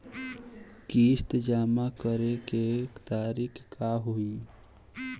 किस्त जमा करे के तारीख का होई?